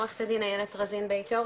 עורכת הדין איילת רזין בית אור,